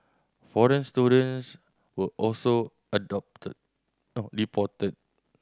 foreign students were also adopted deported